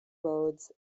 roads